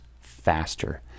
faster